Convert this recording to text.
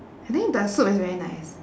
I think the soup is very nice